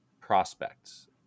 prospects